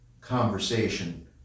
conversation